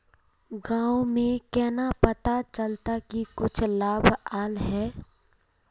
गाँव में केना पता चलता की कुछ लाभ आल है?